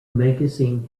magazine